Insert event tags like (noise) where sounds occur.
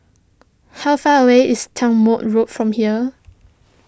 how far away is (unintelligible) Road from here